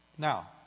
Now